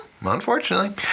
unfortunately